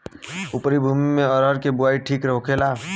उपरी भूमी में अरहर के बुआई ठीक होखेला?